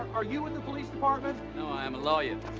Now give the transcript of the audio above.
are you in the police department? no, i am a lawyer.